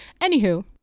Anywho